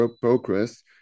progress